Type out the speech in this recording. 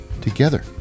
together